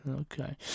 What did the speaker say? Okay